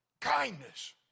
Kindness